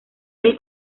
del